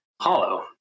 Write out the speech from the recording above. hollow